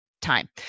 time